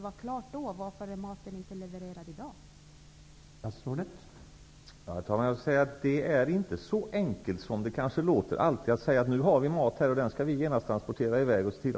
Varför är maten inte levererad i dag om det var klart då?